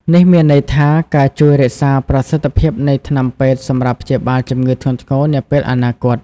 នេះមានន័យថា វាជួយរក្សាប្រសិទ្ធភាពនៃថ្នាំពេទ្យសម្រាប់ព្យាបាលជំងឺធ្ងន់ធ្ងរនាពេលអនាគត។